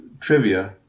trivia